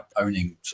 owning